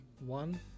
one